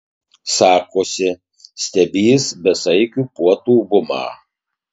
sakosi stebįs besaikių puotų bumą